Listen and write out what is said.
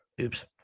Oops